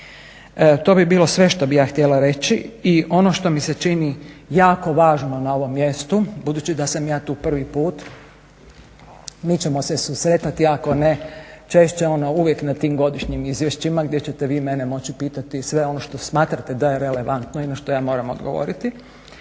To bi bilo sve što bih ja htjela reći. I ono što mi se čini jako važno na ovom mjestu budući da sam ja tu prvi put mi ćemo se susretati ako ne češće onda uvijek na tim godišnjim izvješćima gdje ćete vi mene moći pitati sve ono što smatrate da je relevantno i na što ja moram odgovoriti.